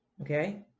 okay